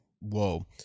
Whoa